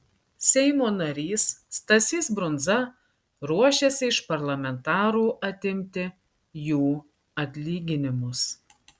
seimo narys stasys brundza ruošiasi iš parlamentarų atimti jų atlyginimus